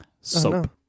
Soap